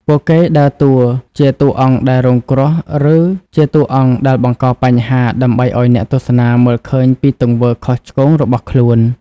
ពួកគេដើរតួជាតួអង្គដែលរងគ្រោះ ឬជាតួអង្គដែលបង្កបញ្ហាដើម្បីឲ្យអ្នកទស្សនាមើលឃើញពីទង្វើខុសឆ្គងរបស់ខ្លួន។